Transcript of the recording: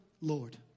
Lord